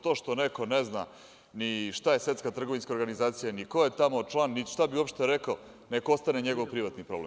To što neko ne zna ni šta je Svetska trgovinska organizacija, ni ko je tamo član, ni šta bi uopšte rekao, neka ostane njegov privatni problem.